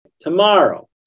Tomorrow